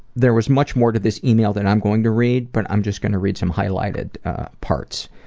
there was much more to this email than i'm going to read but i'm just going to read some highlighted parts.